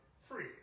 free